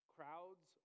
Crowds